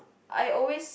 I always